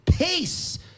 peace